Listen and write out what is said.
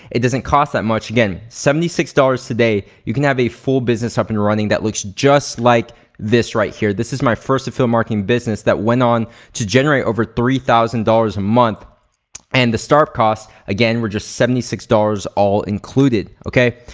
it doesn't cost that much. again, seventy six dollars today you can have a full business up and running that looks just like this right here. this is my first affiliate marketing business that went on to generate over three thousand dollars a month and the start cost again, we're just seventy six dollars all included, okay?